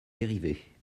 dérivés